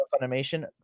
animation